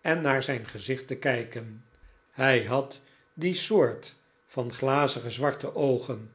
en naar zijn gezicht te kijken hij had die soort van glazige zwarte oogen